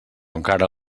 encara